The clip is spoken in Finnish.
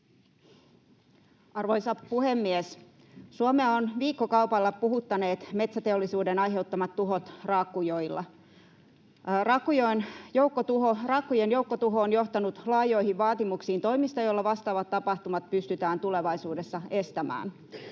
Arvoisa puhemies! Suomea ovat viikkokaupalla puhuttaneet metsäteollisuuden aiheuttamat tuhot raakkujoilla. Raakkujen joukkotuho on johtanut laajoihin vaatimuksiin toimista, joilla vastaavat tapahtumat pystytään tulevaisuudessa estämään.